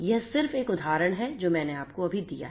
यह सिर्फ एक उदाहरण है जो मैंने आपको अभी दिया है